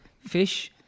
Fish